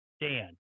Dan